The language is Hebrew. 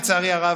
לצערי הרב,